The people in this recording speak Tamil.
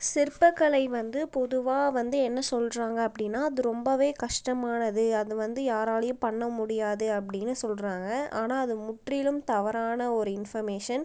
சிற்பக்கலை வந்து பொதுவாக வந்து என்ன சொல்கிறாங்க அப்படின்னா அது ரொம்பவே கஷ்டமானது அது வந்து யாராலையும் பண்ண முடியாது அப்படின்னு சொல்கிறாங்க ஆனால் அது முற்றிலும் தவறான ஒரு இன்ஃபர்மேஷன்